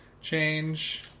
change